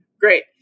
Great